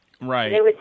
Right